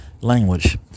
language